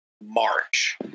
March